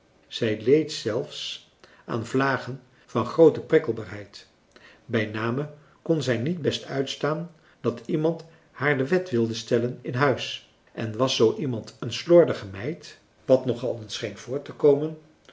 zij leed zelfs aan vlagen van groote prikkelbaarheid bij name kon zij niet best uitstaan dat iemand haar de wet wilde stellen in huis en was zoo iemand een slordige meid wat nog al eens scheen voor te komen